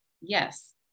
yes